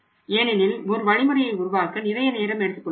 ஏனெனில் ஒரு வழிமுறையை உருவாக்க நிறைய நேரம் எடுத்துக் கொள்கிறோம்